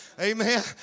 amen